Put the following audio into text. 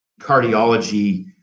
cardiology